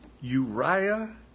Uriah